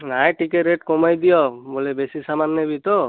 ନାଇଁ ଟିକିଏ ରେଟ୍ କମାଇ ଦିଅ ବୋଲେ ବେଶୀ ସାମାନ ନେବି ତ